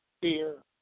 fear